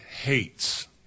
hates